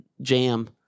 jam